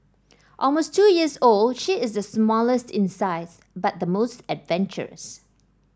almost two years old she is the smallest in size but the most adventurous